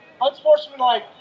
Unsportsmanlike